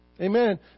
Amen